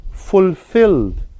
fulfilled